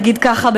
נגיד ככה,